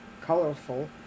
colorful